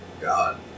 God